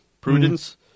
prudence